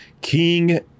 King